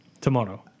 tomorrow